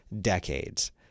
decades